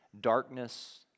darkness